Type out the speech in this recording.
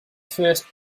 first